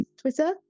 Twitter